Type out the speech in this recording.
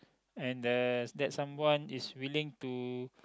and uh that someone is willing to